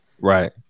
right